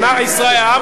העולם לא מכיר בזה.